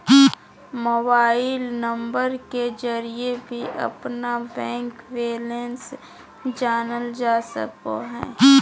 mobile number के जरिए भी अपना बैंक बैलेंस जानल जा सको हइ